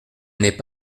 n’est